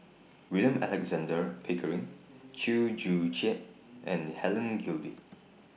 William Alexander Pickering Chew Joo Chiat and Helen Gilbey